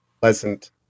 pleasant